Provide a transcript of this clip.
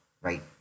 right